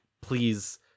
please